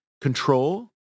control